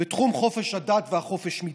בתחום חופש הדת והחופש מדת: